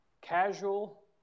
casual